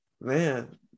man